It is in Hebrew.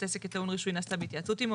העסק כטעון רישוי נעשתה בהתייעצות עמו,